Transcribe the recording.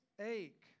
ache